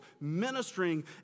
ministering